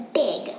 big